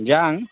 ᱡᱟᱝ